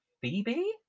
Phoebe